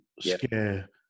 scare